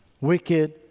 Wicked